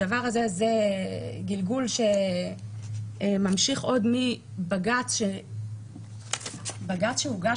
הדבר הזה זה גלגול שממשיך עוד מבג"צ שהוגש